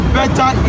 better